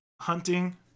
hunting